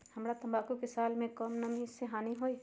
हमरा तंबाकू के फसल के का कम नमी से हानि होई?